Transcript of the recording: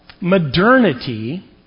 modernity